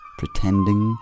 pretending